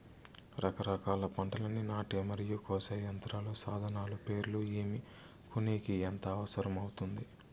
రకరకాల పంటలని నాటే మరియు కోసే యంత్రాలు, సాధనాలు పేర్లు ఏమి, కొనేకి ఎంత అవసరం అవుతుంది?